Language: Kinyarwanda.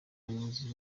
bayobozi